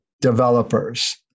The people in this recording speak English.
developers